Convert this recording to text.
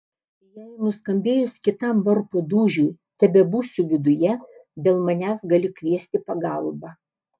jei nuskambėjus kitam varpo dūžiui tebebūsiu viduje dėl manęs gali kviesti pagalbą